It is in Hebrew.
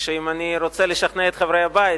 אם אני רוצה לשכנע את חברי הבית,